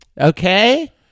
Okay